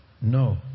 No